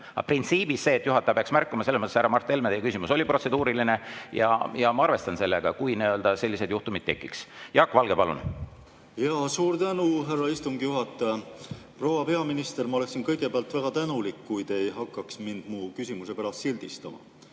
printsiibis see, et juhataja peaks märkama, selles mõttes, härra Mart Helme, teie küsimus oli protseduuriline ja ma arvestan sellega, kui selliseid juhtumeid tekib. Jaak Valge, palun! Suur tänu, härra istungi juhataja! Proua peaminister! Ma oleksin kõigepealt väga tänulik, kui te ei hakkaks mind mu küsimuse pärast sildistama.